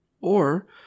or